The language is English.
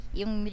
yung